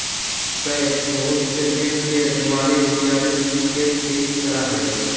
सौंफ बहुत से पेट के बीमारी इत्यादि के ठीक करा हई